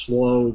Slow